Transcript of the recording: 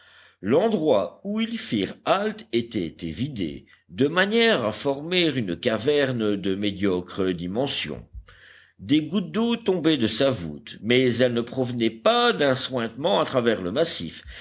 l'endroit où ils firent halte était évidé de manière à former une caverne de médiocre dimension des gouttes d'eau tombaient de sa voûte mais elles ne provenaient pas d'un suintement à travers le massif